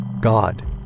God